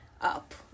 up